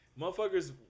motherfuckers